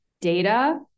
data